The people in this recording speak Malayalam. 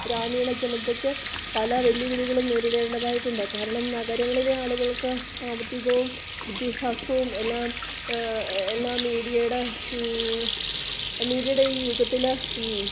ഗ്രാമീണ ജനതക്ക് പല വെല്ലുവിളികളും നേരിടേണ്ടതായിട്ടുണ്ട് കാരണം നഗരങ്ങളിലെ ആളുകൾക്ക് സാമ്പത്തികവും വിദ്യാഭ്യാസവും എല്ലാം എല്ലാം മീഡിയയുടെ മീഡിയയുടെ ഈ യുഗത്തിൽ